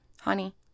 honey